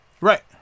Right